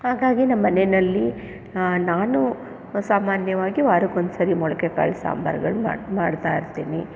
ಹಾಗಾಗಿ ನಮ್ಮ ಮನೇಯಲ್ಲಿ ನಾನು ಸಾಮಾನ್ಯವಾಗಿ ವಾರಕ್ಕೊಂದ್ಸರಿ ಮೊಳಕೆ ಕಾಳು ಸಾಂಬಾರ್ಗಳ ಮಾಡು ಮಾಡ್ತಾಯಿರ್ತೀನಿ